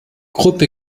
gruppe